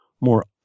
more